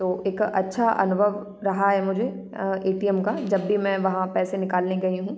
तो एक अच्छा अनुभव रहा है मुझे अ ए टी एम का जब भी मैं वहाँ पैसे निकालने गई हूँ